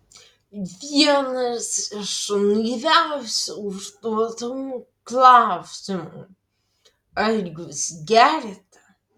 vienas iš naiviausių užduodamų klausimų ar jūs geriate